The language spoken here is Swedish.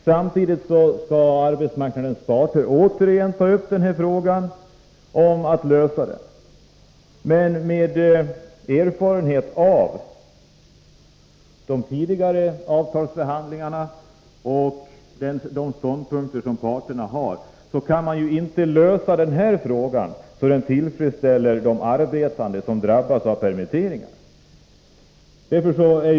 Samtidigt skall arbetsmarknadens parter återigen försöka lösa denna fråga. Med erfarenhet av tidigare avtalsförhandlingar och med vetskap om de ståndpunkter som parterna har kan jag säga att de inte lär kunna lösa den på ett sätt som tillfredsställer dem som drabbas av permitteringarna.